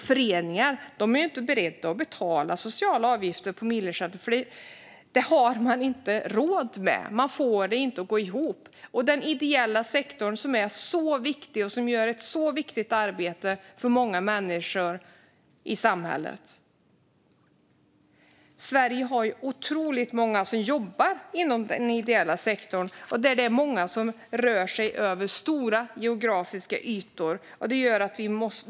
Föreningar är inte heller beredda att betala sociala avgifter på milersättningen, för det har de inte råd med. De får det inte att gå ihop. Den ideella sektorn är så viktig och gör ett så viktigt arbete för många människor i samhället. Sverige har otroligt många som jobbar inom den ideella sektorn, och det är många som rör sig över stora geografiska ytor.